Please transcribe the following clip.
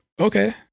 okay